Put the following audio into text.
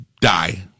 die